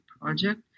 project